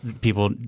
people